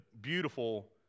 beautiful